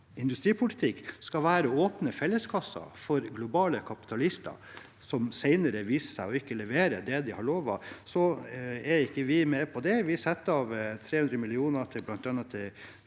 industripolitikk skal være å åpne felleskassa for globale kapitalister, som senere viser at de ikke leverer det de har lovet, er vi ikke med på det. Vi setter av 300 mill. kr til bl.a.